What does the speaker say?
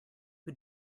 who